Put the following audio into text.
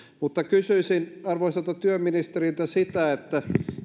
mutta kysyisin arvoisalta työministeriltä sitä että